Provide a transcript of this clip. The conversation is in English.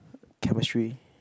chemistry